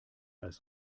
als